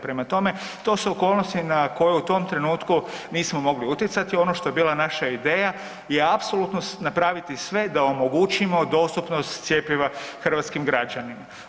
Prema tome, to su okolnosti na koje u tom trenutku nismo mogli utjecati, ono što je bila naša ideja je apsolutno napraviti sve da omogućimo dostupnost cjepiva hrvatskim građanima.